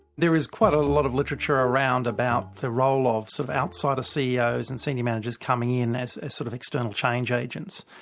there is quite a lot of literature around about the role of so of outsider ceos and senior managers coming in as sort of external change agents,